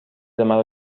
مرا